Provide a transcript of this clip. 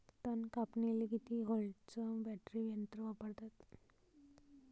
तन कापनीले किती व्होल्टचं बॅटरी यंत्र वापरतात?